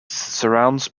surrounds